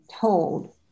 told